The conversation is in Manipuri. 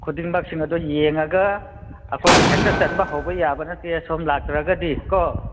ꯈꯨꯗꯤꯡꯃꯛꯁꯤꯡ ꯑꯗꯨ ꯌꯦꯡꯑꯒ ꯑꯩꯈꯣꯏꯅ ꯍꯦꯛꯇ ꯆꯟꯕ ꯍꯧꯕ ꯌꯥꯕ ꯅꯠꯇꯦ ꯁꯣꯝ ꯂꯥꯛꯇ꯭ꯔꯒꯗꯤ ꯀꯣ